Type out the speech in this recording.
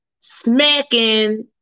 smacking